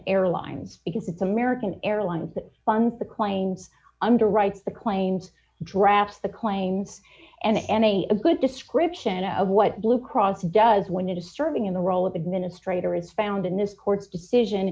airlines because it's american airlines that fund the claims underwrite the claims drafts the claims and a good description of what blue cross does when a disturbing in the role of administrator is found in this court decision